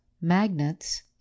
magnets